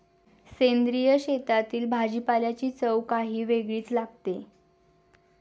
सेंद्रिय शेतातील भाजीपाल्याची चव काही वेगळीच लागते